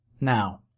Now